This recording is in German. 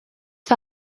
für